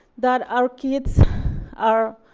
that our kids are